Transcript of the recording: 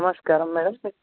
నమస్కారం మ్యాడమ్